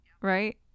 Right